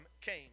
came